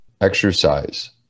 exercise